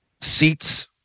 seats